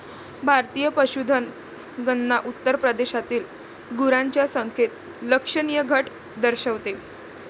भारतीय पशुधन गणना उत्तर प्रदेशातील गुरांच्या संख्येत लक्षणीय घट दर्शवते